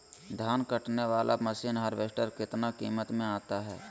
धान कटने बाला मसीन हार्बेस्टार कितना किमत में आता है?